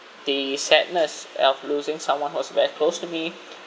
the sadness of losing someone who was very close to me